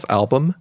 album